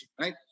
right